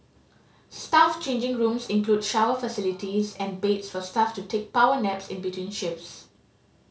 staff changing rooms include shower facilities and beds for staff to take power naps in between shifts